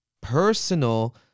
personal